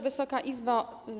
Wysoka Izbo!